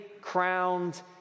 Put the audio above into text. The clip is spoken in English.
crowned